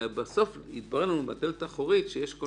בסוף התברר לנו בדלת האחורית שיש כל